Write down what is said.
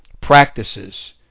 practices